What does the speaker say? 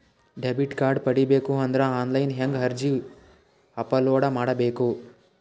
Debit card ಪಡಿಬೇಕು ಅಂದ್ರ online ಹೆಂಗ್ ಅರ್ಜಿ ಅಪಲೊಡ ಮಾಡಬೇಕು?